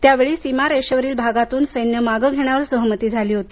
त्यावेळी सीमारेषेवरील भागातून सैन्य मागे घेण्यावर सहमती झाली होती